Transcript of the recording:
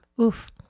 Oof